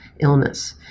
illness